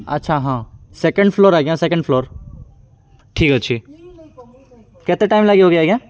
ଆଚ୍ଛା ହଁ second floor ଆଜ୍ଞା ସେକେଣ୍ଡ ଫ୍ଲୋର ଠିକ ଅଛି କେତେ ଟାଇମ୍ ଲାଗିବ କି ଆଜ୍ଞା